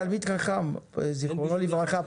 תלמיד חכם זכרונו לברכה,